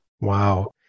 Wow